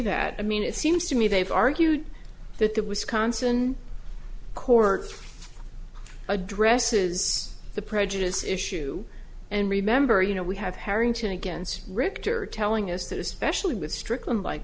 that i mean it seems to me they've argued that that was consonant court addresses the prejudice issue and remember you know we have harrington against richter telling us that especially with strickland like